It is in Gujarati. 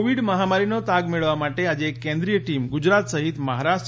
કોવિડ મહામારીનો તાગ મેળવવા માટે આજે એક કેન્દ્રીય ટીમ ગુજરાત સહિત મહારાષ્ટ્ર